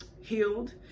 healed